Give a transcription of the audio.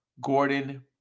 Gordon